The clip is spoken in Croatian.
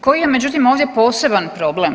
Koji je međutim ovdje poseban problem?